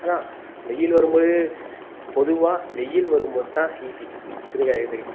அதுதான் வெயில் வரும் போது பொதுவாக வெயில் வரும்போது தான் ஈஸி துணிக்காய்கிறதுக்கு